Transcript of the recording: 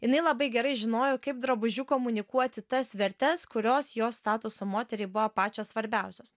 jinai labai gerai žinojo kaip drabužiu komunikuoti tas vertes kurios jos statuso moteriai buvo pačios svarbiausios